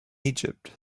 egypt